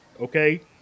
okay